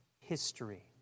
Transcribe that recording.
history